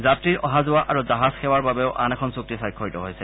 যাত্ৰীৰ অহা যোৱা আৰু জাহাজ সেৱাৰ বাবেও আন এখন চুক্তি স্বাক্ষৰিত হৈছে